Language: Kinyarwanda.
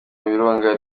birunga